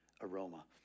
aroma